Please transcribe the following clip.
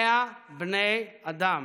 100 בני אדם